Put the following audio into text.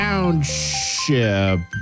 Township